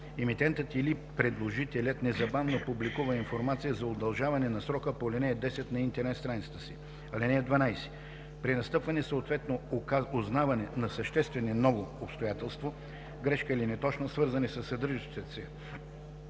Емитентът или предложителят незабавно публикува информация за удължаването на срока по ал. 10 на интернет страницата си. (12) При настъпване, съответно узнаване на съществено ново обстоятелство, грешка или неточност, свързани със съдържащата се